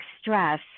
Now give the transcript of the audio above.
stress